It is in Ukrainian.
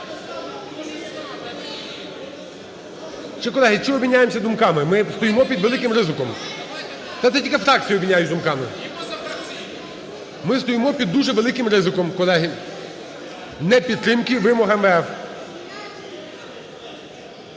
Чи, колеги, обміняємося думками? Ми стоїмо під великим ризиком. (Шум у залі) Та це тільки фракції обмінялись думками. Ми стоїмо під дуже великим ризиком, колеги, непідтримки вимог МВФ.